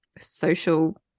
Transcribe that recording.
social